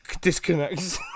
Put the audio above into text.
disconnects